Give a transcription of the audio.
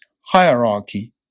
hierarchy